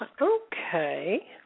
Okay